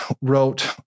wrote